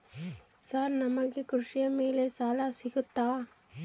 Sir ನಮಗೆ ಕೃಷಿ ಮೇಲೆ ಸಾಲ ಸಿಗುತ್ತಾ?